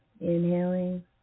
inhaling